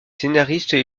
scénaristes